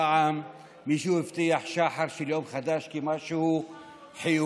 פעם מישהו הבטיח שחר של יום חדש כמשהו חיובי,